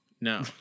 no